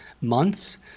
months